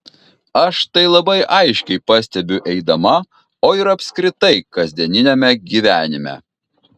aš tai labai aiškiai pastebiu eidama o ir apskritai kasdieniame gyvenime